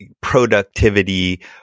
productivity